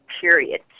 period